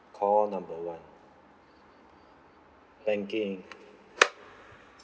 call number one banking